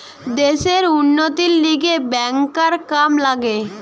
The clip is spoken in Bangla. দ্যাশের উন্নতির লিগে ব্যাংকার কাম লাগে